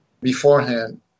beforehand